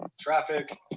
traffic